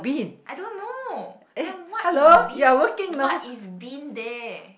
I don't know then what is bean what is bean there